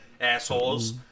assholes